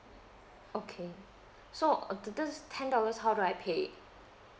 okay so uh to those ten dollars how do I pay it